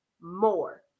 more